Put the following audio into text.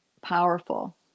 powerful